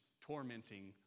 tormenting